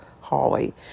hallway